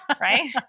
right